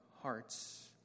hearts